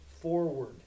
forward